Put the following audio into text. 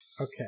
Okay